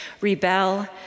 rebel